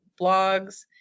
blogs